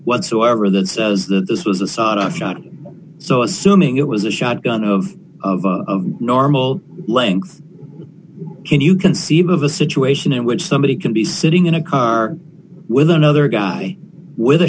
whatsoever that says that this was a sawed off shotgun so assuming it was a shotgun of of a normal length can you conceive of a situation in which somebody can be sitting in a car with another guy with a